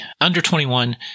under-21